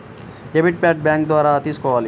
Debit bank ద్వారా ఎలా తీసుకోవాలి?